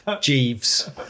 Jeeves